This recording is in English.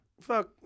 Fuck